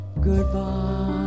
Goodbye